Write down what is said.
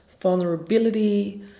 vulnerability